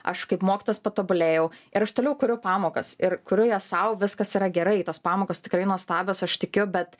aš kaip mokytojas patobulėjau ir aš toliau kuriu pamokas ir kuriu jas sau viskas yra gerai tos pamokos tikrai nuostabios aš tikiu bet